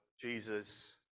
Jesus